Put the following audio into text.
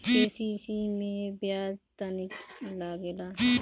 KCC मै ब्याज केतनि लागेला?